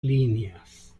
líneas